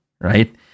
right